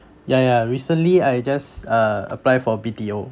ya ya recently I just uh apply for B_T_O